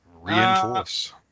reinforce